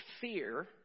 fear